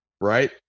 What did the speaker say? Right